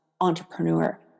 entrepreneur